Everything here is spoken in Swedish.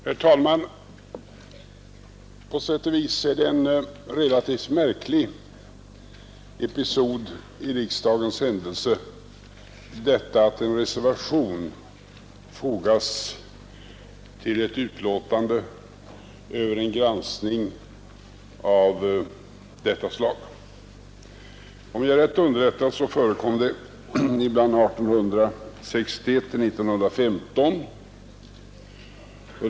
Herr talman! På sätt och vis är det en relativt märklig episod i riksdagen att en reservation fogas vid ett betänkande i anledning av en granskning av förevarande slag. Om jag är riktigt underrättad, förekom detta vid några tillfällen under tiden 1861—1915.